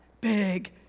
big